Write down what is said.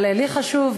אבל לי חשוב,